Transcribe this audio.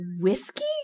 whiskey